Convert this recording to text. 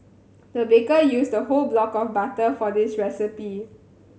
the baker used a whole block of butter for this recipe